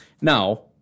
Now